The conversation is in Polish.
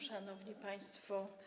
Szanowni Państwo!